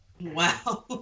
Wow